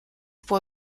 può